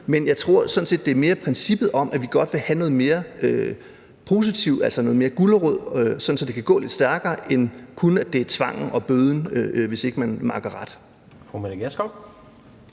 set, det mere handler om princippet om, at vi godt vil have noget mere positivt, altså noget mere gulerod, sådan at det kan gå lidt stærkere, end at det kun er tvangen og bøden, hvis ikke man makker ret.